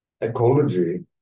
ecology